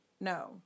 No